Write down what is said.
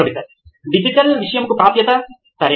professor digital విషయముకి ప్రాప్యత సరే